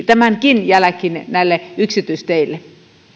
tämänkin jälkeen näille yksityisteille